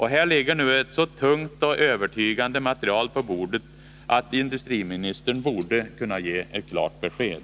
Här ligger nu ett så tungt och övertygande material på bordet att industriministern borde kunna ge ett klart besked.